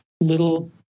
little